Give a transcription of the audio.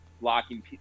locking